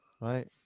Right